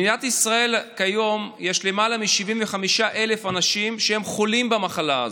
במדינת ישראל כיום יש למעלה מ-75,000 אנשים שחולים במחלה הזאת.